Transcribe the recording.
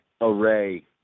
array